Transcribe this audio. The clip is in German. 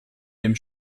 dem